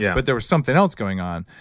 yeah but there was something else going on.